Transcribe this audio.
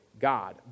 God